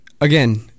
again